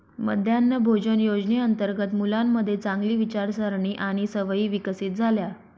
मध्यान्ह भोजन योजनेअंतर्गत मुलांमध्ये चांगली विचारसारणी आणि सवयी विकसित झाल्या